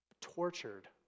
tortured